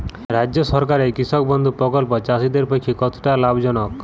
রাজ্য সরকারের কৃষক বন্ধু প্রকল্প চাষীদের পক্ষে কতটা লাভজনক?